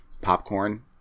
popcorn